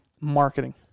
Marketing